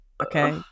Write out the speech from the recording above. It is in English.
Okay